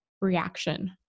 reaction